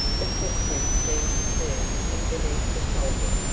the footprints seemed to turn in beneath the culvert,